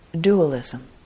dualism